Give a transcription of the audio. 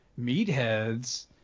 meatheads